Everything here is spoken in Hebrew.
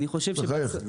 בחייך.